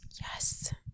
Yes